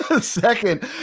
Second